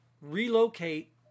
relocate